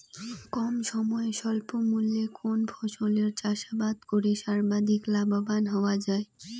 কম সময়ে স্বল্প মূল্যে কোন ফসলের চাষাবাদ করে সর্বাধিক লাভবান হওয়া য়ায়?